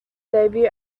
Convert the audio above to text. debut